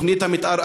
תוכנית המתאר,